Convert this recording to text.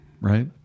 right